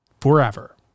forever